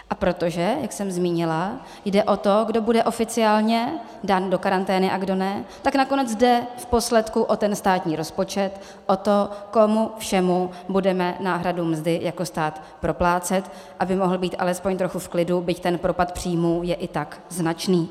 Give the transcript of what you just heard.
A protože, jak jsem zmínila, jde o to, kdo bude oficiálně dán do karantény a kdo ne, tak nakonec jde vposledku o ten státní rozpočet, o to, komu všemu budeme náhradu mzdy jako stát proplácet, aby mohl být alespoň trochu v klidu, byť ten propad příjmů je i tak značný.